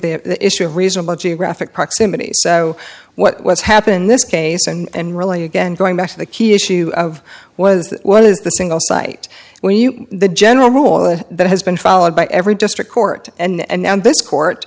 the issue of reasonable geographic proximity so what's happened this case and really again going back to the key issue of was what is the single site when you the general rule that has been followed by every district court